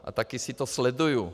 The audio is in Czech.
A taky si to sleduju.